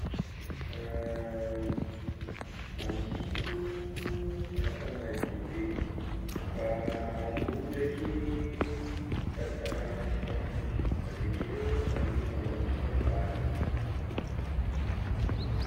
Amy sisiny atao madio be, fa ambony ndraiky tapitapahana tsy atao fohy avekeo fangiriny alôh ndraiky afara.